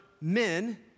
men